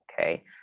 okay